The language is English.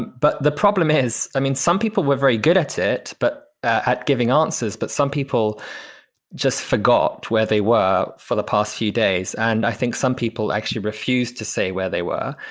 but the problem is, i mean, some people were very good at it, but at giving answers. but some people just forgot where they were for the past few days. and i think some people actually refused to say where they were.